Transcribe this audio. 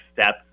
step